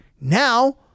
Now